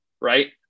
right